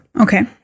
Okay